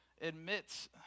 admits